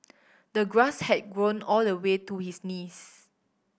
the grass had grown all the way to his knees